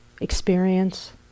experience